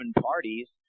parties